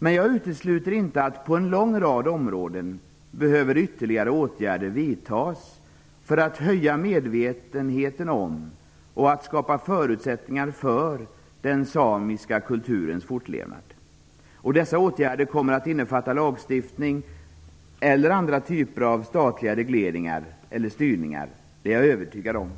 Men jag utesluter inte att ytterligare åtgärder behöver vidtas på en lång rad områden för att höja medvetenheten om och skapa förutsättningar för den samiska kulturens fortlevnad. Dessa åtgärder kommer att innefatta lagstiftning eller andra typer av statliga regleringar eller styrningar - det är jag övertygad om.